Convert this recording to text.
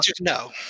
no